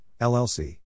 LLC